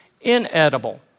inedible